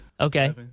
Okay